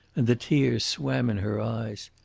and the tears swam in her eyes.